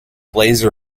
laser